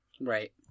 Right